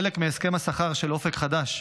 כחלק מהסכם השכר של אופק חדש,